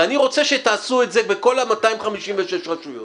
ואני רוצה שתעשו את זה בכל 256 רשויות.